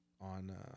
on